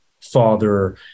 father